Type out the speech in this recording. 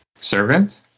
servant